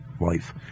life